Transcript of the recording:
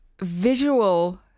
visual